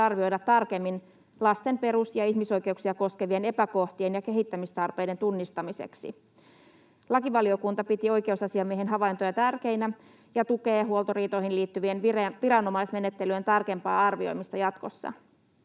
tarkemmin lasten perus- ja ihmisoikeuksia koskevien epäkohtien ja kehittämistarpeiden tunnistamiseksi. Lakivaliokunta piti oikeusasiamiehen havaintoja tärkeinä ja tukee huoltoriitoihin liittyvien viranomaismenettelyjen tarkempaa arvioimista jatkossa.